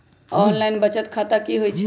Online बचत खाता की होई छई?